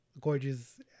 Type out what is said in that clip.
gorgeous